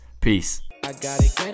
Peace